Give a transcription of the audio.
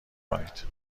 کنید